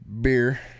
beer